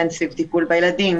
בין סביב טיפול בילדים,